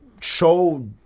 show